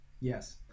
Yes